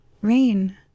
rain